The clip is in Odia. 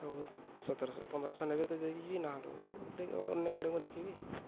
ହଉ ସତରଶହ ପନ୍ଦରଶହ ନେବେ ତ ଦେଇଯିବି ନହେଲେ ଅନ୍ୟ ଗାଡ଼ି ମୁଁ ଦେଖିବି